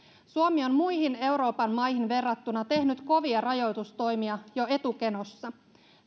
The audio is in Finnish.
suomi on muihin euroopan maihin verrattuna tehnyt kovia rajoitustoimia jo etukenossa